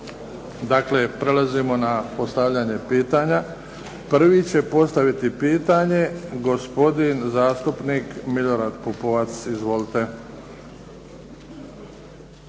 Dakle, prelazimo na postavljanje pitanja. Prvi će postaviti pitanje gospodin zastupnik Milorad Pupovac. Izvolite.